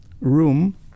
room